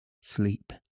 sleep